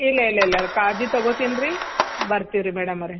ಇಲ್ಲ ಇಲ್ಲ ಇಲ್ಲ ಚಾರ್ಜ್ ತಗೊಳ್ತೀನಿ ರೀ ಬರ್ತೀವಿ ರೀ ಮೇಡಮ್ ಅವರೆ